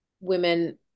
women